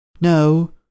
No